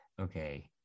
okay